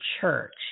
church